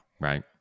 Right